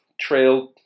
trail